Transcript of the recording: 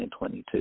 2022